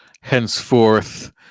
henceforth